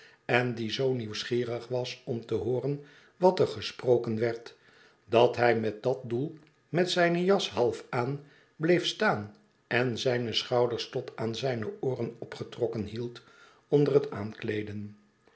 en die zoo nieuwsgierig was om te hooren wat er gesproken werd dat hij met dat doel met zijne jas half aan bleef staan en zijne schouders tot aan zijne ooren opgetrokken hield onder het aankleeden